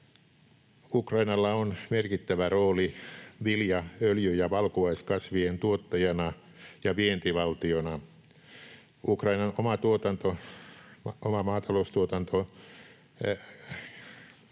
Ukrainalla on merkittävä rooli vilja‑, öljy- ja valkuaiskasvien tuottajana ja vientivaltiona. Ukrainan oma maataloustuotanto